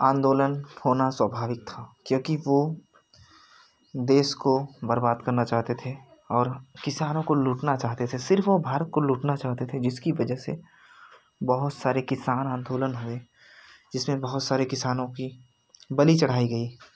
आंदोलन होना स्वाभाविक था क्योंकि वो देश को बर्बाद करना चाहते थे और किसानों को लूटना चाहते थे सिर्फ वो भारत को लूटना चाहते थे जिसकी वजह से बहुत सारे किसान आंदोलन हुए जिसमें बहुत सारे किसानों की बलि चढ़ाई गई